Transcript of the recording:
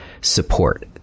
support